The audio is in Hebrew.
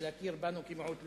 ולהכיר בנו כמיעוט לאומי.